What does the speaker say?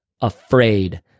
afraid